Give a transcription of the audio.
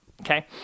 Okay